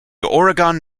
oregon